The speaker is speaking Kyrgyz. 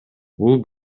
бул